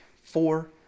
Four